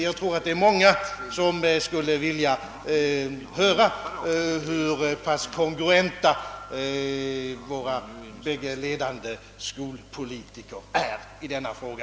Jag tror att det är många som skulle vilja höra hur pass kongruenta våra två ledande skolpolitikers åsikter är i denna fråga.